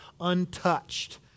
untouched